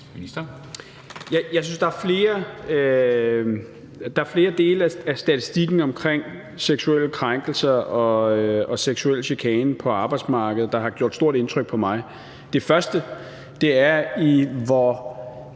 Jeg synes, der er flere dele af statistikken om seksuelle krænkelser og seksuel chikane på arbejdsmarkedet, der har gjort stort indtryk på mig. Det første er, i hvor